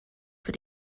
für